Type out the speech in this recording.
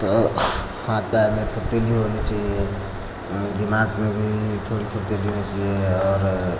तो हाथ पैर में फुर्ती भी होनी चाहिए और दिमाग में भी थोड़ी फुर्ती होनी चाहिए और